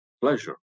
pleasure